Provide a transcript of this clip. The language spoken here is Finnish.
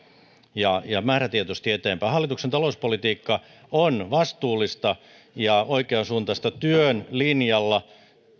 ja ja määrätietoisesti eteenpäin hallituksen talouspolitiikka on vastuullista ja oikeansuuntaista työn linjalla